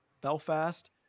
Belfast